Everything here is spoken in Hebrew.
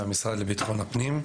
מהייעוץ המשפטי במשרד לביטחון הפנים.